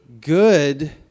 good